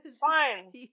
Fine